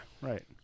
right